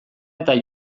eta